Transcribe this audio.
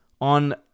on